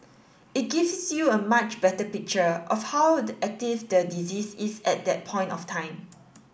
it gives you a much better picture of how the active the disease is at that point of time